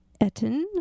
Etten